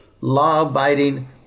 law-abiding